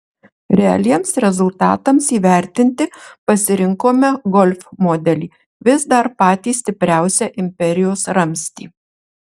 realiems rezultatams įvertinti pasirinkome golf modelį vis dar patį stipriausią imperijos ramstį